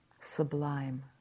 sublime